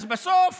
אז בסוף